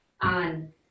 on